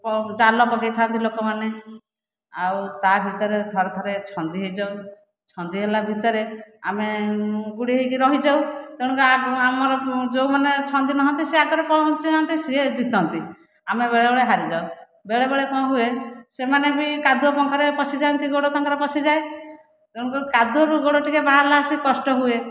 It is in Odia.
ଜାଲ ପକାଇଥାନ୍ତି ଲୋକ ମାନେ ଆଉ ତା'ଭିତରେ ଥରେ ଥରେ ଛନ୍ଦି ହୋଇଯାଉ ଛନ୍ଦି ହେଲା ଭିତରେ ଆମେ ଗୁଡ଼େଇହୋଇକି ରହିଯାଉ ତେଣୁ କରି ଆମର ଯେଉଁମାନେ ଛନ୍ଦିନହୁଅନ୍ତି ସେମାନେ ଆଗରେ ପହଞ୍ଚି ଯାଆନ୍ତି ସେ ଜିତନ୍ତି ଆମେ ବେଳେବେଳେ ହାରି ଯାଉ ବେଳେବେଳେ କ'ଣ ହୁଏ ସେମାନେ ବି କାଦୁଅ ପଙ୍କରେ ପଶିଯାନ୍ତି ଗୋଡ଼ ତାଙ୍କର ପଶି ଯାଏ ତେଣୁ କରି କାଦୁଅରୁ ଗୋଡ଼ ଟିକିଏ ବାହାରିଲା ଆସିକି କଷ୍ଟ ହୁଏ